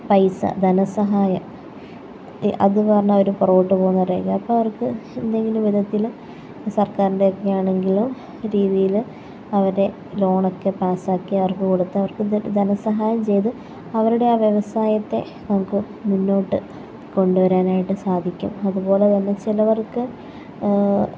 പൈസ ധനസഹായം അതെന്നു പറഞ്ഞാൽ അവർ പുറകോട്ടു പോകുന്നവരായിരിക്കും അപ്പോൾ അവർക്ക് എന്തെങ്കിലും വിധത്തിൽ സർക്കാരിൻ്റെ ഒക്കെ ആണെങ്കിലും രീതിയിൽ അവരെ ലോണൊക്കെ പാസ്സാക്കി അവർക്ക് കൊടുത്ത് അവർക്ക് ധനസഹായം ചെയ്ത് അവരുടെ ആ വ്യവസായത്തെ നമുക്ക് മുന്നോട്ട് കൊണ്ടുവരാനായിട്ട് സാധിക്കും അതുപോലെതന്നെ ചിലവർക്ക്